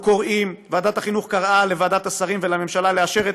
ועדת החינוך קראה לוועדת השרים ולממשלה לאשר את